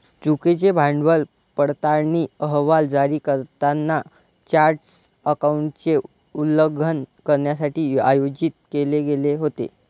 चुकीचे भांडवल पडताळणी अहवाल जारी करताना चार्टर्ड अकाउंटंटचे उल्लंघन करण्यासाठी आयोजित केले गेले होते